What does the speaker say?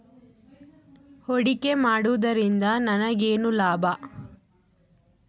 ಹೂಡಿಕೆ ಮಾಡುವುದರಿಂದ ನನಗೇನು ಲಾಭ?